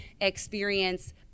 experience